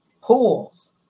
Pools